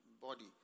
body